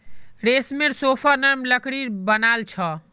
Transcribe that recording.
रमेशेर सोफा नरम लकड़ीर बनाल छ